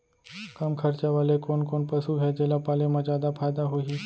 कम खरचा वाले कोन कोन पसु हे जेला पाले म जादा फायदा होही?